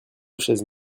chaises